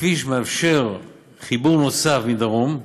הכביש מאפשר חיבור נוסף מדרום,